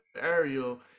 ariel